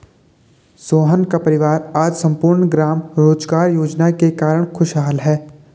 सोहन का परिवार आज सम्पूर्ण ग्राम रोजगार योजना के कारण खुशहाल है